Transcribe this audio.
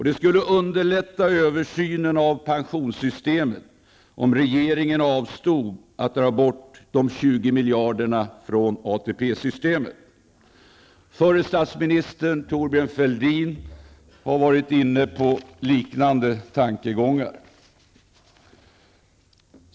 Det skulle underlätta översynen av pensionssystemet om regeringen avstod från att dra bort de 20 miljarderna från ATP-systemet. Förre statsministern Thorbjörn Fälldin har varit inne på liknande tankegångar.